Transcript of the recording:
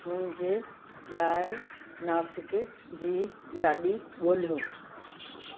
मुंहिंजे लाइ नासिक जी गाॾी ॻोल्हियो